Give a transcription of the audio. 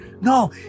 No